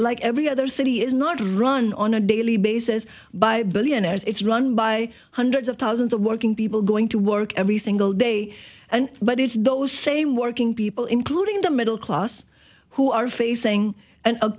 like every other city is not a run on a daily basis by billionaires it's run by hundreds of thousands of working people going to work every single day and but it's those same working people including the middle class who are facing an a